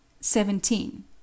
seventeen